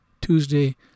Tuesday